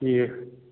ٹھیٖک